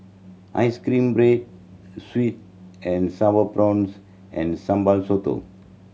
ice cream bread sweet and Sour Prawns and Sambal Sotong